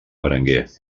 berenguer